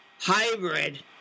hybrid